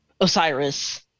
osiris